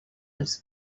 els